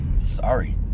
Sorry